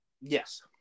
Yes